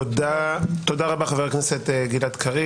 תודה רבה חבר הכנסת גלעד קריב.